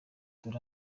dore